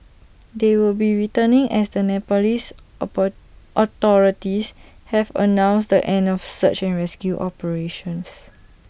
they will be returning as the Nepalese authorities have announced the end of search and rescue operations